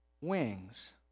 wings